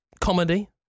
comedy